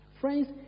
friends